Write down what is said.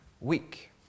Week